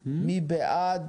מי בעד?